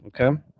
Okay